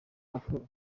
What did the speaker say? matora